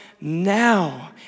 now